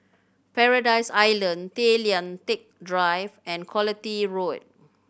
Paradise Island Tay Lian Teck Drive and Quality Road